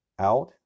out